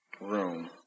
room